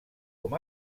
com